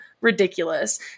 ridiculous